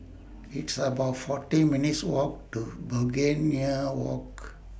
It's about forty minutes' Walk to Begonia Walk